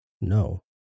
No